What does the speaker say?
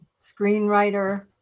screenwriter